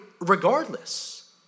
regardless